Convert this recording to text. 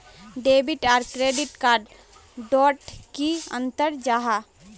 Debit आर credit card डोट की अंतर जाहा?